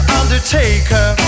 undertaker